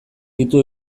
ditu